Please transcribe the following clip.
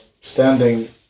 standing